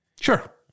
Sure